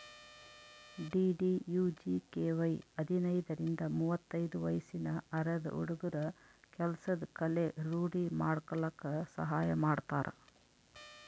DDUGKY ಹದಿನೈದರಿಂದ ಮುವತ್ತೈದು ವಯ್ಸಿನ ಅರೆದ ಹುಡ್ಗುರ ಕೆಲ್ಸದ್ ಕಲೆ ರೂಡಿ ಮಾಡ್ಕಲಕ್ ಸಹಾಯ ಮಾಡ್ತಾರ